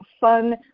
fun